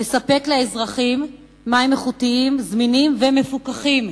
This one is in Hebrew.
לספק לאזרחים מים איכותיים, זמינים ומפוקחים